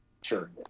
Sure